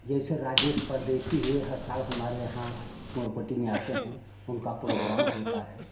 जैसे राजेश परदेशी हुए हर साल हमारे यहाँ कुंवरपट्टी में आते हैं उनका प्रोग्राम होता है